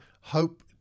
hope